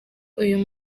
uyu